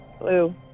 Blue